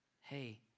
hey